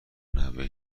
نوه